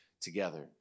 together